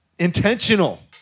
intentional